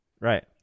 Right